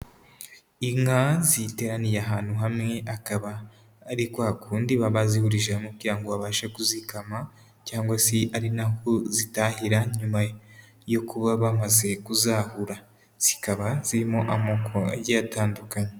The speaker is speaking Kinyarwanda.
Inka ziteraniye ahantu hamwe akaba ari kwa kundi baba bazihurije hamwe kugira ngo babashe kuzikama cyangwa se ari naho zitahira nyuma yo kuba bamaze kuzahura, zikaba zirimo amoko agiye atandukanye.